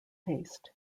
haste